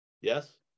yes